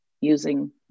using